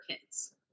kids